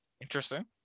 Interesting